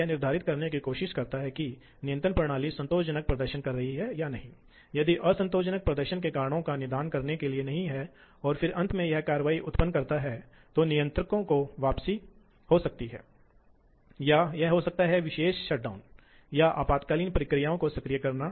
तो इन ड्राइव्स पर नियंत्रण प्रदान करने के लिए वास्तव में पीएलसी का उपयोग करना वास्तव में उपयोगी नहीं होगा इसलिए इसलिए कुछ विशेष समर्पित प्रोसेसर का उपयोग किया जाता है और पीएलसी अक्सर सहायक कार्यों के लिए या पर्यवेक्षी नियंत्रकों के रूप में उपयोग किया जाता है